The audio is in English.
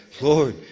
Lord